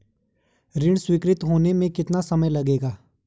ऋण स्वीकृति होने में कितना समय लगेगा?